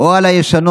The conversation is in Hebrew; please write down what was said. או על הישנות.